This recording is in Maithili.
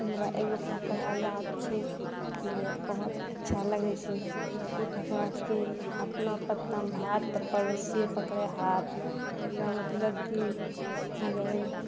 हमरा एगो फकड़ा याद छै बहुत अच्छा लगै छै ई फकड़ा छियै अपना पत्तामे भात तऽ पड़ोसियो पकड़ै हाथ एकर मतलब कि अगर